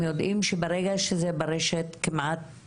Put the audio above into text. כי מישהו כבר קיבל את זה, ואנחנו לא יודעים.